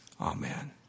Amen